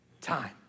time